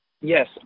Yes